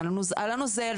על הנוזל,